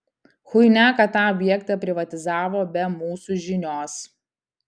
chuinia kad tą objektą privatizavo be mūsų žinios